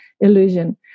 Illusion